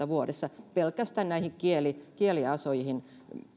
vuodessa pelkästään näihin kieliasioihin